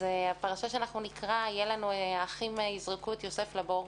בפרשה שאנחנו נקרא האחים יזרקו את יוסף לבור.